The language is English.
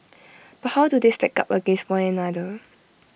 but how do they stack up against one another